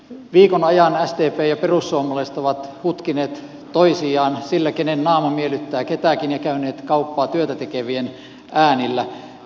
viikon ajan sdp ja perussuomalaiset ovat hutkineet toisiaan sillä kenen naama miellyttää ketäkin ja käyneet kauppaa työtätekevien äänillä